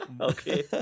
Okay